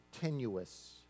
tenuous